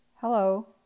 Hello